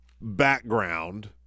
background